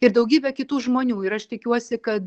ir daugybę kitų žmonių ir aš tikiuosi kad